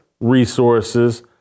resources